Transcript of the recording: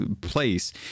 place